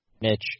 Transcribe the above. Mitch